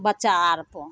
बच्चा आओरपर